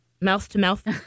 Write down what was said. mouth-to-mouth